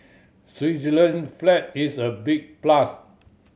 Switzerland flag is a big plus